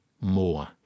more